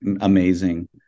amazing